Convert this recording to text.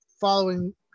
following